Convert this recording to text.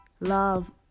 love